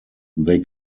they